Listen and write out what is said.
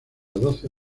doce